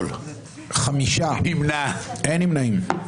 ארבעה בעד, חמישה נגד, אין נמנעים.